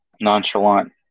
nonchalant